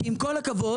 עם כל הכבוד,